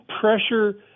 pressure